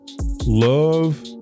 Love